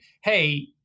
hey